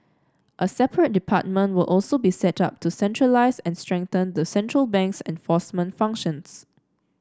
a separate department will also be set up to centralise and strengthen the central bank's enforcement functions